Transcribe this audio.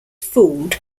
fooled